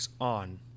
on